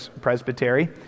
Presbytery